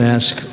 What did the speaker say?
ask